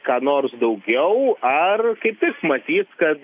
ką nors daugiau ar kaip tik matys kad